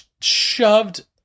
shoved